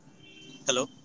Hello